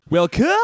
Welcome